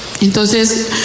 entonces